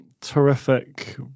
terrific